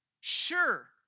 sure